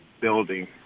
building